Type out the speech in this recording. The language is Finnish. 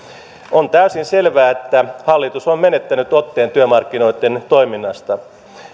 on täysin selvää että hallitus on menettänyt otteen työmarkkinoitten toiminnasta